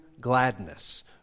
gladness